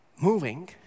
moving